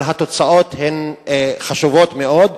אבל התוצאות הן חשובות מאוד.